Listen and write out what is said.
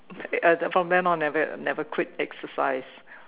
at that from then on never never quit exercise